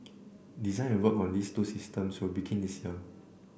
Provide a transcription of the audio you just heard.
design and work on these two systems will begin this year